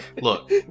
Look